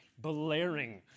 blaring